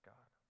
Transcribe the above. God